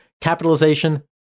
capitalization